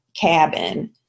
cabin